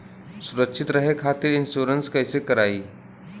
सुरक्षित रहे खातीर इन्शुरन्स कईसे करायी?